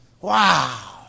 wow